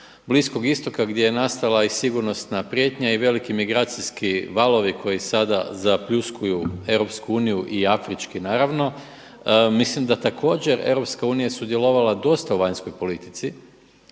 Bliskog istoka gdje je nastala i sigurnosna prijetnja i veliki migracijski valovi koji sada zapljuskuju EU i afrički naravno, mislim da također EU je sudjelovala dosta u vanjskoj politici